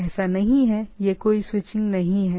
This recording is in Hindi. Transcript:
ऐसा नहीं है एक यह है कि कोई स्विचिंग नहीं है